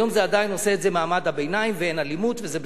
היום עדיין עושה את זה מעמד הביניים ואין אלימות וזה בסדר,